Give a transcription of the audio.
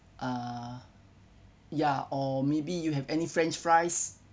uh ya or maybe you have any french fries